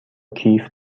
کیف